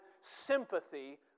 sympathy